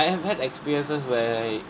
have had experiences where